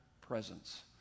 presence